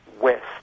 West